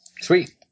Sweet